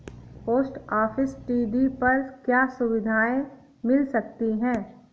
Post office TD पर क्या सुविधाएँ मिल सकती है?